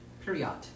period